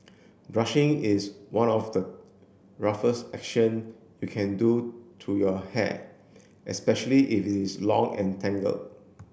brushing is one of the roughest action you can do to your hair especially if is long and tangle